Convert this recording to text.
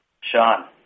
Sean